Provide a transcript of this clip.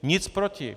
Nic proti.